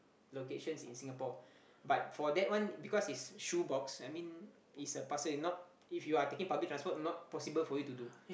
locations in Singapore but for that one because it's shoe box I mean it's a parcel not if you're taking public transport not possible for you to do